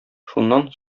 шуннан